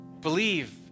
Believe